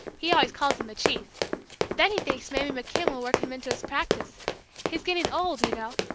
he always calls him the chief then he thinks maybe mckim will work him into his practice he's getting old, you know,